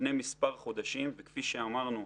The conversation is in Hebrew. לפני מספר חודשים, כפי שאמרנו,